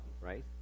right